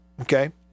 Okay